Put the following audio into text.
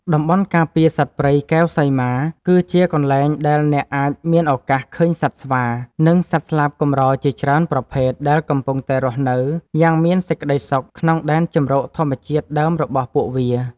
តំបន់ការពារសត្វព្រៃកែវសីមា គឺជាកន្លែងដែលអ្នកអាចមានឱកាសឃើញសត្វស្វា និង សត្វស្លាបកម្រជាច្រើនប្រភេទដែលកំពុងតែរស់នៅយ៉ាងមានសេចក្តីសុខក្នុងដែនជម្រកធម្មជាតិដើមរបស់ពួកវា។